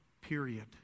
period